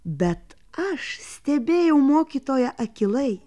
bet aš stebėjau mokytoją akylai